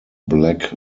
black